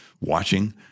watching